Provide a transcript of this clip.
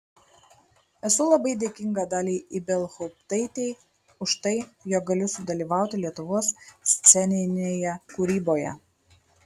esu labai dėkinga daliai ibelhauptaitei už tai jog galiu sudalyvauti lietuvos sceninėje kūryboje